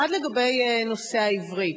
אחד, לגבי נושא העברית.